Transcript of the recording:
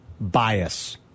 bias